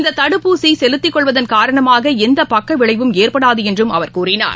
இந்த தடுப்பூசி செலுத்திக்கொள்வதன் காரணமாக எந்த பக்கவிளைவும் ஏற்படாது என்று அவர் கூறினார்